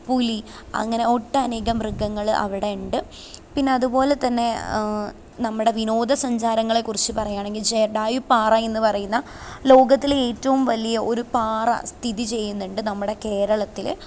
പുലി അങ്ങനെ ഒട്ടനേകം മൃഗങ്ങള് അവിടെയുണ്ട് പിന്നതുപോലെ തന്നെ നമ്മുടെ വിനോദസഞ്ചാരങ്ങളെക്കുറിച്ച് പറയുവാണങ്കിൽ ജടായുപ്പാറ എന്ന് പറയുന്ന ലോകത്തിലെ ഏറ്റവും വലിയ ഒരു പാറ സ്ഥിതി ചെയ്യുന്നുണ്ട് നമ്മുടെ കേരളത്തില്